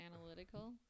analytical